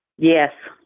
yes.